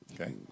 Okay